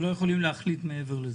הם לא יכולים להחליט מעבר לזה.